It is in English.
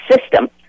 system